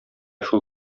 шул